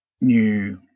new